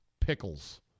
pickles